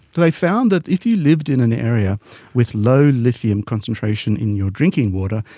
they found that if you lived in an area with low lithium concentration in your drinking water,